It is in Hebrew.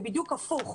זה בדיוק הפוך.